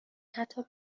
حتی